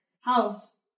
house